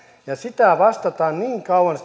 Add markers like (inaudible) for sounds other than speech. ja siitä vastataan niin kauan (unintelligible)